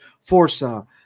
Forza